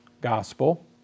gospel